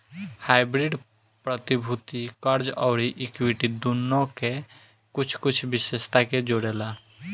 hybrid प्रतिभूति, कर्ज अउरी इक्विटी दुनो के कुछ कुछ विशेषता के जोड़ेला